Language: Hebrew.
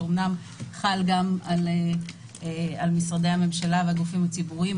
שאמנם חל גם על משרדי הממשלה ועל הגופים הציבוריים,